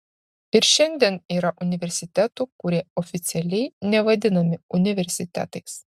ir šiandien yra universitetų kurie oficialiai nevadinami universitetais